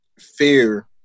fear